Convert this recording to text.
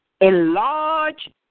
Enlarge